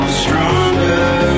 stronger